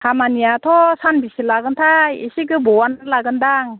खामानिआथ' सानबेसे लागोनथाय एसे गोबावानो लागोनदां